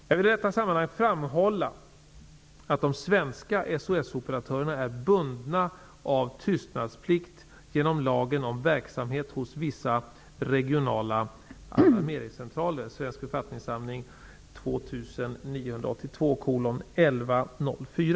Jag vill i detta sammanhang framhålla att de svenska SOS-operatörerna är bundna av tystnadsplikt genom lagen om verksamhet hos vissa regionala alarmeringscentraler .